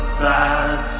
sad